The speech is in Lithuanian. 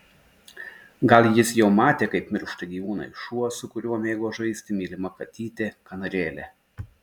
gal jis jau matė kaip miršta gyvūnai šuo su kuriuo mėgo žaisti mylima katytė kanarėlė